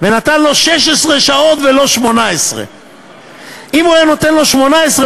נתן לו 16 שעות ולא 18. אם הוא היה נותן לו 18,